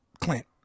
Clint